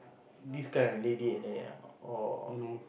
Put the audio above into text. these kinda lady and they're all